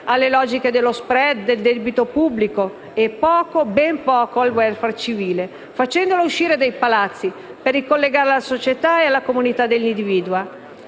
alle logiche dello *spread* e del debito pubblico e ben poco al *welfare* civile, facendola uscire dai Palazzi per ricollegarla alla società e alla comunità degli individui.